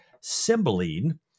Cymbeline